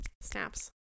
snaps